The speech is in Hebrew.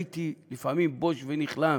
הייתי לפעמים בוש ונכלם